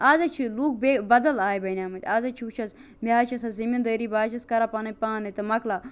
آز حظ چھِ لُکھ بیٚیہِ بَدَل آیہِ بَنیامتۍ آز حظ چھِ وچھ حظ مےٚ حظ چھِ آسان زمیٖندٲری بہٕ حظ چھَس کران پنن پانے تٕہ موٚقلاوان